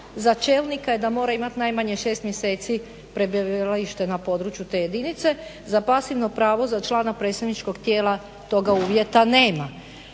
za čelnika je da mora imati najmanje 6 mjeseci prebivalište na području te jedinice, za pasivno pravo za člana predstavničkog tijela toga uvjeta nema.